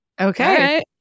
okay